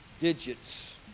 digits